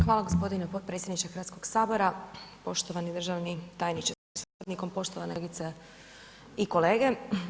Hvala gospodine potpredsjedniče Hrvatskog sabora, poštovani državni tajniče sa suradnikom, poštovane kolegice i kolege.